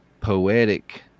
poetic